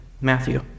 Matthew